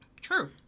true